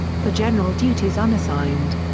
for general duties unassigned.